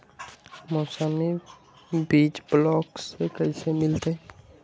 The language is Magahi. मौसमी बीज ब्लॉक से कैसे मिलताई?